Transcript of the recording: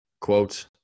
quotes